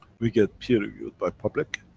we get peer reviewed by public,